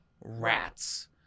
rats